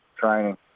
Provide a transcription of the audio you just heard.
training